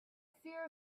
fear